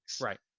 right